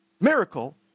miracle